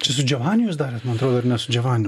čia su džiovaniu jūs darėt man atrodo ar ne su džiovaniu